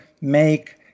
make